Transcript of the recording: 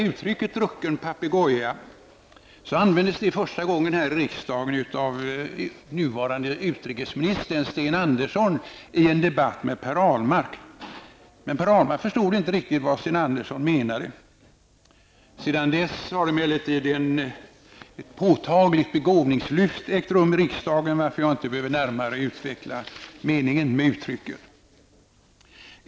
Uttrycket ''drucken papegoja'' användes första gången här i riksdagen av nuvarande utrikesministern, Sten Ahlmark förstod inte riktigt vad Sten Andersson menade. Sedan dess har emellertid ett påtagligt begåvningslyft ägt rum i riksdagen, varför jag inte närmare behöver utveckla meningen med uttrycket.